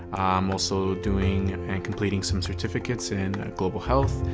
i'm also doing and and completing some certificates in global health,